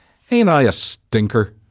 ain't i a stinker?